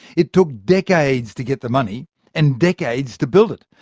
it took decades to get the money and decades to build it.